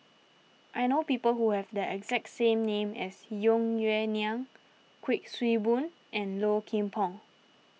I know people who have the exact name as Tung Yue Nang Kuik Swee Boon and Low Kim Pong